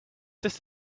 this